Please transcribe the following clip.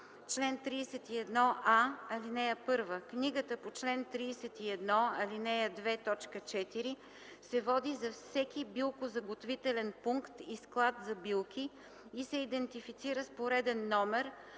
чл. 31a: „Чл. 31a. (1) Книгата по чл. 31, ал. 2, т. 4 се води за всеки билкозаготвителен пункт и склад за билки и се идентифицира с пореден номер,